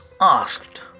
asked